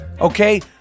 Okay